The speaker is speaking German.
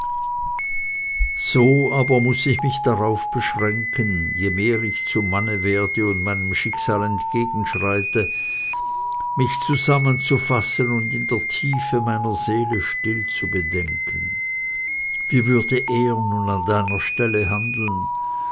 so aber muß ich mich darauf beschränken je mehr ich zum manne werde und meinem schicksal entgegenschreite mich zusammenzufassen und in der tiefe meiner seele still zu bedenken wie würde er nun an deiner stelle handeln